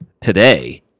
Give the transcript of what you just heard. today